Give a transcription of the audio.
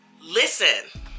listen